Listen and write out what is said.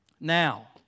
now